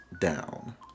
down